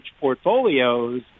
portfolios